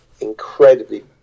incredibly